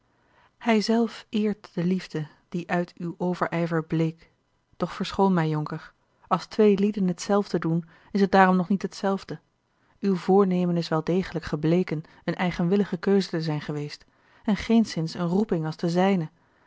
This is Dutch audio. hij zelf eert de liefde die uit uw overijver bleek doch verschoon mij jonker als twee lieden hetzelfde doen is het daarom nog niet hetzelfde uw voornemen is wel degelijk gebleken eene eigenwillige keuze te zijn geweest en geenszins eene roeping als de zijne